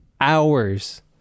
hours